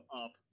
up